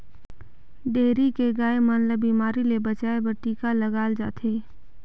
dairy के गाय मन ल बेमारी ले बचाये बर टिका लगाल जाथे